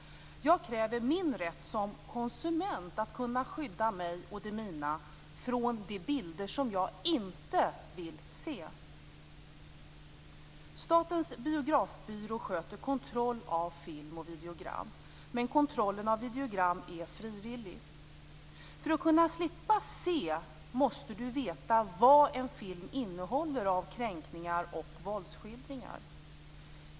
Jag kräver min rätt som konsument, att kunna skydda mig och de mina från de bilder som jag inte vill se. Statens biografbyrå sköter kontroll av film och videogram. Men kontrollen av videogram är frivillig. För att kunna slippa se måste man veta vad en film innehåller av kränkningar och våldsskildringar.